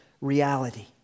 reality